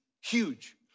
huge